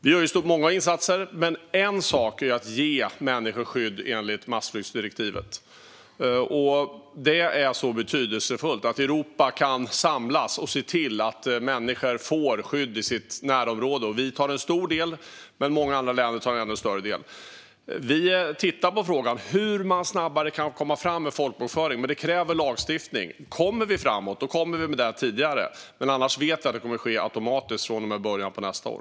Vi gör många insatser, men en sak är att ge människor skydd enligt massflyktsdirektivet. Det är så betydelsefullt att Europa kan samlas och se till att människor får skydd i sitt närområde. Vi tar en stor del, men många andra länder tar en ännu större del. Vi tittar på frågan om hur man snabbare kan komma framåt när det gäller folkbokföring, men det kräver lagstiftning. Kommer vi framåt kan detta ske tidigare, men annars vet vi att det kommer att ske automatiskt från och med början av nästa år.